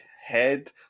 head